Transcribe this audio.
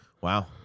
Wow